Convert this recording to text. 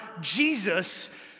Jesus